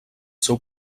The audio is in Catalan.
seu